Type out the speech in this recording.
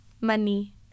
money